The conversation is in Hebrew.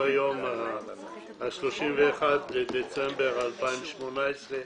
היום ה-31 בדצמבר 2018,